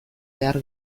behar